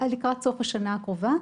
לקראת סוף השנה הקרובה.